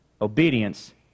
Obedience